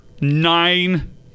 nine